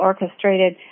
orchestrated